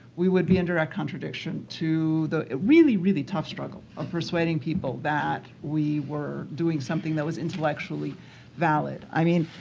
we would be in direct contradiction to the really, really tough struggle of persuading people that we were doing something that was intellectually valid. i mean,